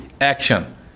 action